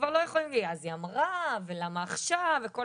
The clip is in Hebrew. כבר לא יכולים להגיד אז היא אמרה ולמה עכשיו וכל